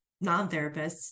non-therapists